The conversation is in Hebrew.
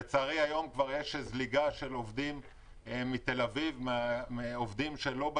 לצערי היום יש כבר זליגה של עובדים מתל-אביב לאילת כדי לתת